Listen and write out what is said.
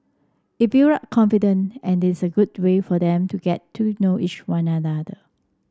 it build up confident and is a good way for them to get to know is on other